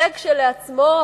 הישג כשלעצמו,